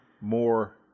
more